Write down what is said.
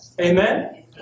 Amen